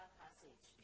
passage